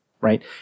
right